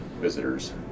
visitors